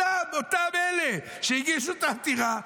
אותם, אותם אלה שהגישו את העתירה,